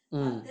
mm